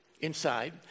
inside